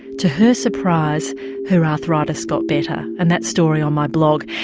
to her surprise her arthritis got better, and that story on my blog.